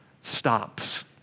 stops